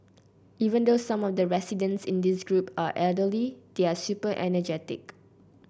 even though some of the residents in this group are elderly they are super energetic